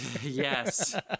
Yes